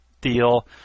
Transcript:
deal